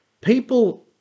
people